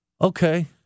Okay